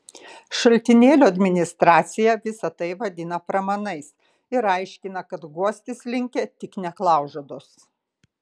šaltinėlio administracija visa tai vadina pramanais ir aiškina kad guostis linkę tik neklaužados